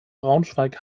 braunschweig